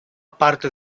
parte